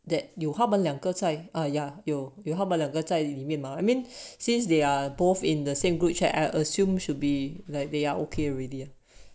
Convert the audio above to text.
that 有他们两个在 ah ya 有有他们两个在里面 mah I mean since they are both in the same group chat I assume should be like they are okay already